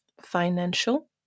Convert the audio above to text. financial